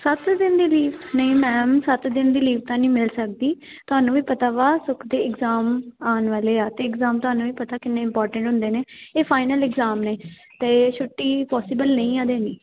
ਸੱਤ ਦਿਨ ਦੀ ਲੀਵ ਨਹੀਂ ਮੈਮ ਸੱਤ ਦਿਨ ਦੀ ਲੀਵ ਤਾਂ ਨਹੀਂ ਮਿਲ ਸਕਦੀ ਤੁਹਾਨੂੰ ਵੀ ਪਤਾ ਵਾ ਸੁਖ ਦੇ ਇਗਜ਼ਾਮ ਆਉਣ ਵਾਲੇ ਆ ਅਤੇ ਇਗਜ਼ਾਮ ਤੁਹਾਨੂੰ ਵੀ ਪਤਾ ਕਿੰਨੇ ਇੰਮਪੋਰਟੈਂਟ ਹੁੰਦੇ ਨੇ ਇਹ ਫਾਈਨਲ ਇਗਜ਼ਾਮ ਨੇ ਅਤੇ ਛੁੱਟੀ ਪੋਸੀਬਲ ਨਹੀਂ ਹੈ ਦੇਣੀ